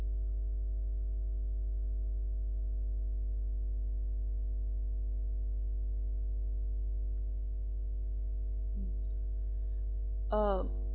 mm um